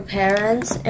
parents